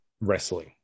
Wrestling